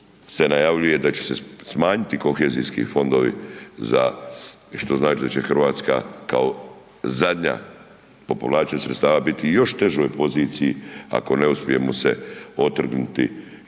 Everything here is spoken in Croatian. se najavljuje da će se smanjiti kohezijski fondovi za što znači da će Hrvatska kao zadnja po povlačenju sredstava biti u još težoj poziciji ako ne uspijemo se otrgnuti,